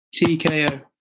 TKO